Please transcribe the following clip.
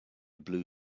blue